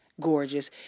Gorgeous